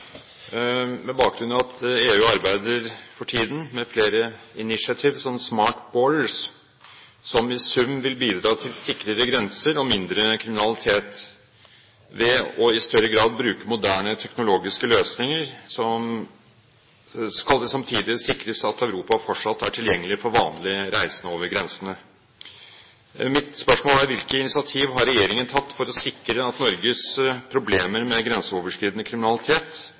sikrere grenser og mindre kriminalitet. Ved i større grad å bruke moderne teknologiske løsninger skal det samtidig sikres at Europa fortsatt er tilgjengelig for reisende. Hvilke initiativ har regjeringen tatt for å sikre at Norges utfordringer med grenseoverskridende kriminalitet